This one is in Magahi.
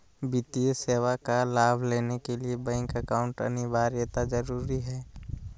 वित्तीय सेवा का लाभ लेने के लिए बैंक अकाउंट अनिवार्यता जरूरी है?